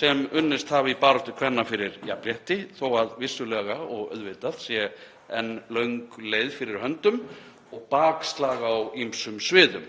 sem unnist hafa í baráttu kvenna fyrir jafnrétti, þó að vissulega og auðvitað sé enn löng leið fyrir höndum og bakslag á ýmsum sviðum.